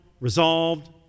resolved